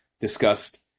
discussed